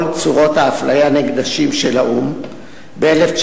צורות האפליה נגד נשים של האו"ם ב-1991.